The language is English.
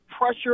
pressure